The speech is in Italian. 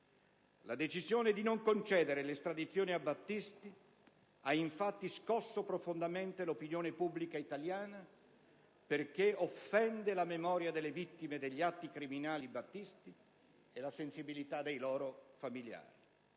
La decisione di non concedere l'estradizione a Battisti ha infatti scosso profondamente l'opinione pubblica italiana perché offende la memoria delle vittime degli atti criminali di Battisti e la sensibilità dei loro familiari.